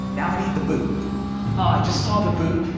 now i need the boot. oh i just saw the boot.